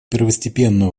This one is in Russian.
первостепенную